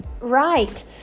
right